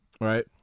right